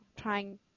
Trying